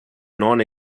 non